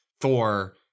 Thor